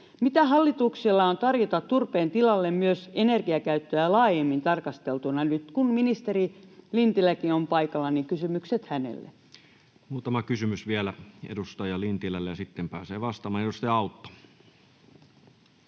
Mitä hallituksella on tarjota turpeen tilalle energiakäyttöä myös laajemmin tarkasteltuna? Nyt kun ministeri Lintiläkin on paikalla, niin kysymykset hänelle. Muutama kysymys vielä ministeri Lintilälle, ja sitten hän pääsee vastaamaan. — Edustaja Autto.